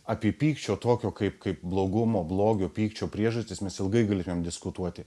apie pykčio tokio kaip kaip blogumo blogio pykčio priežastis mes ilgai galėtumėm diskutuoti